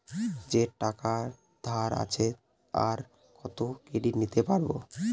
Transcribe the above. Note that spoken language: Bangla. যে টাকা ধার আছে, আর কত ক্রেডিট নিতে পারবো?